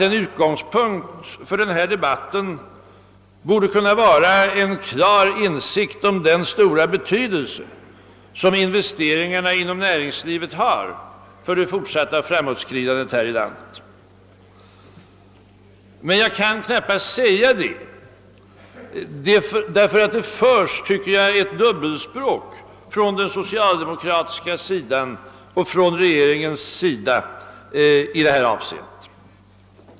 En utgångspunkt för debatten borde enligt min mening vara en klar insikt om den stora betydelse som investeringarna inom näringslivet har för det fortsatta framåtskridandet här i landet. Denna utgångspunkt finns emellertid knappast för närvarande, anser jag, ty regeringen och det socialdemokratiska partiet för i detta avseende ett dubbelspråk.